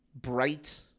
Bright